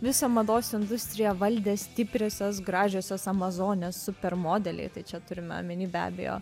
visą mados industriją valdė stipriosios gražiosios amazonės supermodeliai tai čia turima omenyje be abejo